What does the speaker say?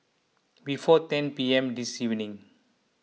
before ten P M this evening